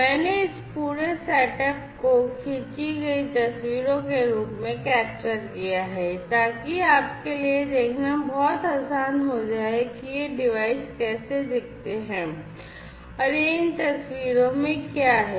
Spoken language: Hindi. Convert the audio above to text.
मैंने इस पूरे सेटअप को खींची गई तस्वीरों के रूप में कैप्चर किया है ताकि आपके लिए यह देखना बहुत आसान हो जाए कि ये डिवाइस कैसे दिखते हैं और यह इन तस्वीरों में क्या है